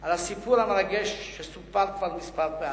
על הסיפור המרגש שסופר כבר מספר פעמים.